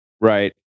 Right